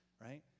right